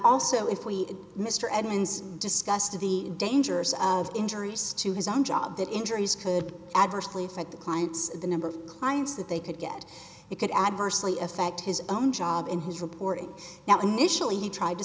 also if we had mr edmunds discussed of the dangers of injuries to his own job that injuries could adversely affect the clients the number of clients that they could get it could adversely affect his own job in his reporting now initially he tried to